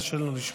קשה לנו לשמוע.